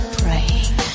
praying